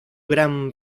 gran